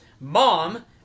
Mom